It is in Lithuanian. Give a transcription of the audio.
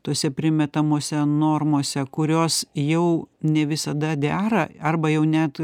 tose primetamose normose kurios jau ne visada dera arba jau net